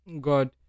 God